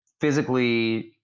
physically